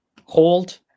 hold